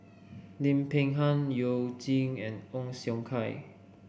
Lim Peng Han You Jin and Ong Siong Kai